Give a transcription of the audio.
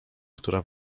która